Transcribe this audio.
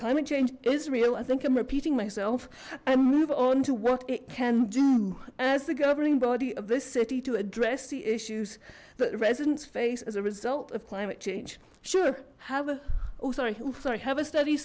climate change israel i think i'm repeating myself and move on to what it can do as the governing body of this city to address the issues that residents face as a result of climate change sure have a sorry sorry have a study